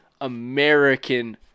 American